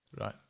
right